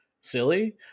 silly